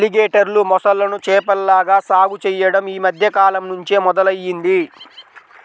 ఎలిగేటర్లు, మొసళ్ళను చేపల్లాగా సాగు చెయ్యడం యీ మద్దె కాలంనుంచే మొదలయ్యింది